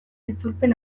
itzulpen